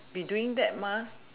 be doing that